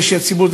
ושהציבור,